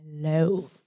Hello